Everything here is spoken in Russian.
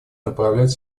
направлять